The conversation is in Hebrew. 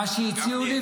מה שהציעו לי,